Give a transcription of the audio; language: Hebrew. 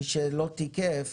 מי שלא תיקף